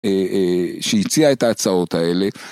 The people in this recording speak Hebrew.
שהציע את ההצעות האלה